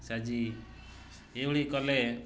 ସାଜି ଏଭଳି କଲେ